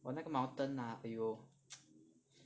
我那个 mountain ah !aiyo!